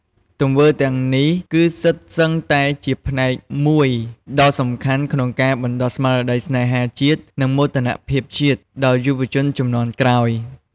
ទង្វើទាំងអស់នេះគឺសុទ្ធសឹងតែជាផ្នែកមួយដ៏សំខាន់ក្នុងការបណ្តុះស្មារតីស្នេហាជាតិ និងមោទកភាពជាតិដល់យុវជនជំនាន់ក្រោយ។